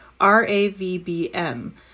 RAVBM